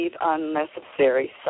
unnecessary